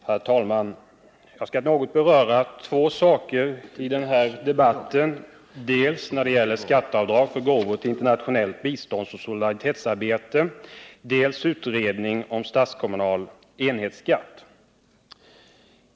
Herr talman! Jag skall något beröra två saker i den här debatten, dels frågan om skatteavdrag för gåvor till internationellt biståndsoch solidaritetsarbete, dels utredning om statskommunal enhetsskatt.